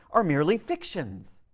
are merely fictions.